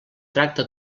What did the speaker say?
tracta